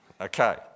okay